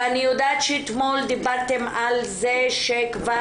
ואני יודעת שאתמול דיברתם על זה שכבר